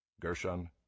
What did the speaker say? Gershon